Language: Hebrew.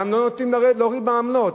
גם לא נותנים להוריד בעמלות.